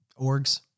Orgs